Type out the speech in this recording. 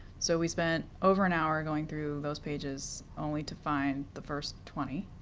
so we spent over an hour going through those pages, only to find the first twenty.